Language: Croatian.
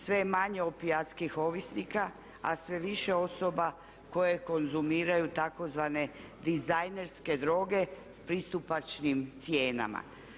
Sve je manje opijatskih ovisnika a sve više osoba koje konzumiraju tzv. dizajnerske droge pristupačnim cijenama.